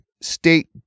state